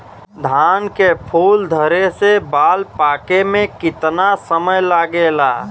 धान के फूल धरे से बाल पाके में कितना समय लागेला?